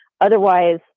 Otherwise